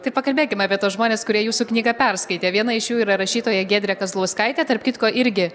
tai pakalbėkim apie tuos žmones kurie jūsų knygą perskaitė viena iš jų yra rašytoja giedrė kazlauskaitė tarp kitko irgi